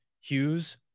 Hughes